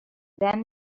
then